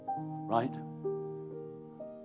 Right